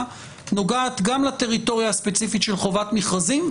נוגעת גם לטריטוריה הספציפית של חובת מכרזים,